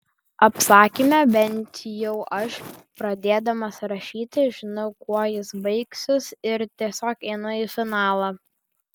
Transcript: apsakyme bent jau aš pradėdamas rašyti žinau kuo jis baigsis ir tiesiog einu į finalą